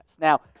Now